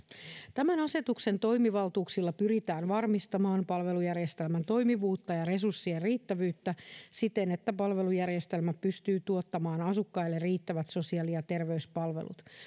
tämän asetuksen toimivaltuuksilla pyritään varmistamaan palvelujärjestelmän toimivuutta ja resurssien riittävyyttä siten että palvelujärjestelmä pystyy tuottamaan asukkaille riittävät sosiaali ja terveyspalvelut